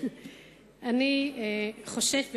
אני חושבת,